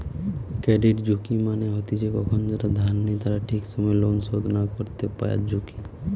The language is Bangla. ক্রেডিট ঝুঁকি মানে হতিছে কখন যারা ধার নেই তারা ঠিক সময় লোন শোধ না করতে পায়ারঝুঁকি